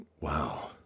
Wow